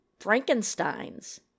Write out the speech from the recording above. Frankensteins